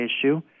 issue